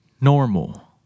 Normal